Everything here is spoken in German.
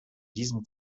diesem